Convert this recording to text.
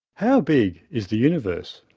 how big is the universe?